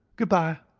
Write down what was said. good-bye!